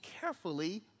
carefully